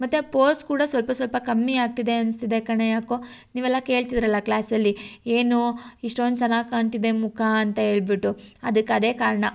ಮತ್ತೆ ಪೋರ್ಸ್ ಕೂಡ ಸ್ವಲ್ಪ ಸ್ವಲ್ಪ ಕಮ್ಮಿ ಆಗ್ತಿದೆ ಅನಿಸ್ತಿದೆ ಕಣೇ ಯಾಕೋ ನೀವೆಲ್ಲ ಕೇಳ್ತಿದ್ರಲ್ಲಾ ಕ್ಲಾಸಲ್ಲಿ ಏನು ಇಷ್ಟೊಂದು ಚೆನ್ನಾಗಿ ಕಾಣ್ತಿದೆ ಮುಖ ಅಂತ ಹೇಳ್ಬಿಟ್ಟು ಅದಕ್ಕೆ ಅದೇ ಕಾರಣ